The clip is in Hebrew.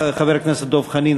חבר הכנסת דב חנין,